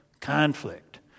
conflict